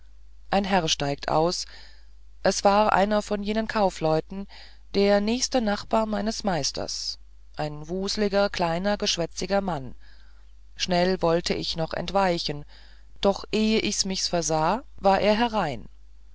ein herr steigt aus es war einer von jenen kaufleuten der nächste nachbar meines meisters ein wusliger kleiner geschwätziger mann schnell wollt ich noch entweichen doch eh ich mich's versah war er herein